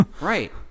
Right